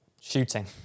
shooting